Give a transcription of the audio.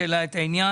שהעלה את העניין.